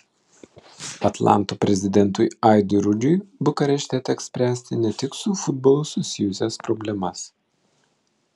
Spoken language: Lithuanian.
atlanto prezidentui aidui rudžiui bukarešte teks spręsti ne tik su futbolu susijusias problemas